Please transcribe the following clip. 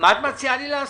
מה את מציעה לי לעשות?